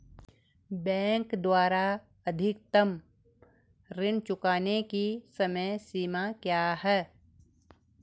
Bank द्वारा अधिकतम ऋण चुकाने की समय सीमा क्या है?